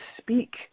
speak